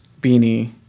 beanie